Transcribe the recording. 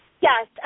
Yes